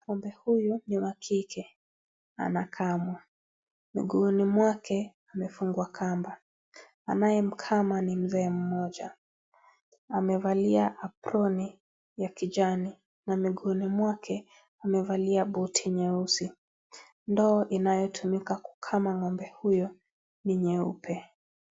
Ngombe huyu ni wa kike. Anakamwa. Miguuni mwake amefungwa kamba. Anayemkama ni Mzee mmoja. Amevalia aproni ya kijani na miguuni mwake amevalia buti nyeusi. Ndoo inayotumika kukama ngombe huyo ni nyeupe.